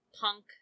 punk